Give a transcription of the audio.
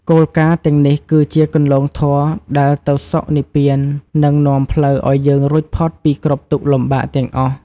គោលការណ៍ទាំងនេះគឺជាគន្លងធម៌ដែលទៅសុខនិព្វាននិងនាំផ្លូវឱ្យយើងរួចផុតពីគ្រប់ទុក្ខលំបាកទាំងអស់។